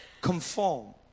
conform